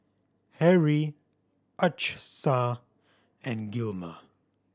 Harrie Achsah and Gilmer